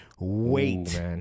wait